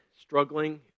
struggling